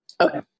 Okay